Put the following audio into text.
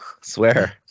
Swear